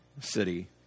city